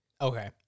Okay